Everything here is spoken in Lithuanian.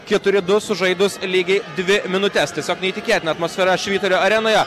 keturi du sužaidus lygiai dvi minutes tiesiog neįtikėtina atmosfera švyturio arenoje